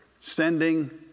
sending